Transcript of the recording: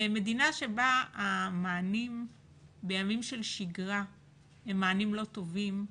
במדינה בה המענים בימים של שגרה הם מענים לא טובים,